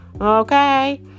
Okay